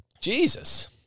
Jesus